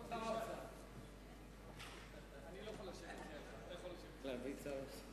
באחת משנות התקציב אולי החשובות ביותר והמשמעותיות